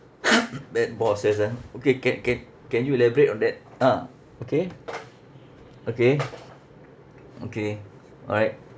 bad bosses ah okay can can can you elaborate on that ah okay okay okay alright